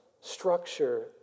structure